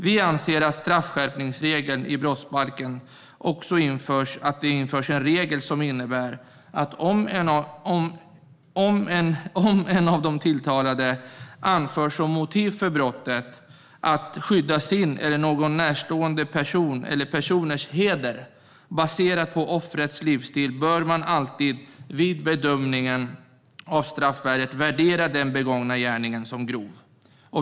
Vi anser att det i brottsbalken ska införas en regel som innebär att om en av de tilltalade anför att ett motiv för brottet har varit att skydda sin eller någon eller några närståendes heder baserat på offrets livsstil bör man alltid vid bedömningen av straffvärdet värdera den begångna gärningen som grov.